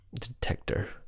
detector